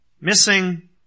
missing